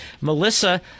Melissa